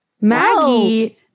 maggie